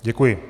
Děkuji.